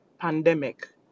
pandemic